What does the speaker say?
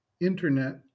internet